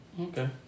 okay